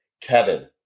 Kevin